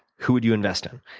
who would you invest in?